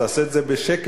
תעשה את זה בשקט,